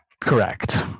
Correct